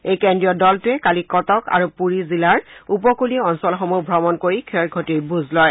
এই কেন্দ্ৰীয় দলটোৱে কালি কটক আৰু পুৰী জিলাৰ উপকুলীয় অঞ্চলসমূহ ভ্ৰমণ কৰি ক্ষয় ক্ষতিৰ বুজ লয়